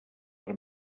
per